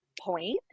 point